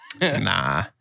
Nah